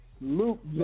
Luke